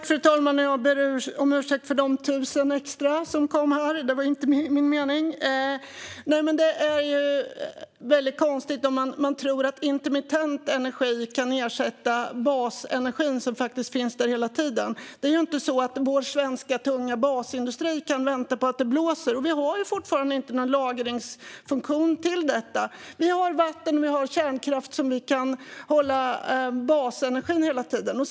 Fru talman! Jag ber om ursäkt för de extra nollorna som kom med - det var inte min mening. Det är konstigt om man tror att intermittent energi kan ersätta basenergi som faktiskt finns där hela tiden. Vår svenska tunga basindustri kan inte vänta på att det blåser. Vi har fortfarande inte någon lagringsfunktion för detta. Vi har vattenkraft och vi har kärnkraft som gör att vi kan hålla basenergin på en jämn nivå hela tiden.